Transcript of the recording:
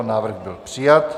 Návrh byl přijat.